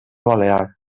balear